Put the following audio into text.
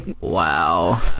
Wow